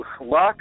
luck